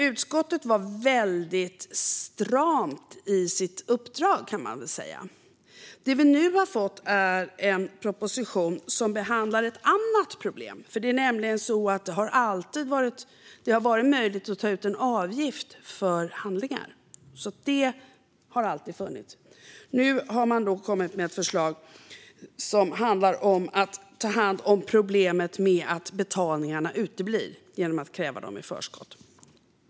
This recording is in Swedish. Utskottet var väldigt stramt i sitt uppdrag, kan man säga, men det som vi nu har fått är en proposition som behandlar ett annat problem. Möjligheten att ta ut en avgift för handlingar har nämligen alltid funnits, men nu har man kommit med ett förslag som handlar om att ta hand om problemet med uteblivna betalningar genom att kräva dem i förskott.